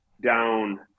down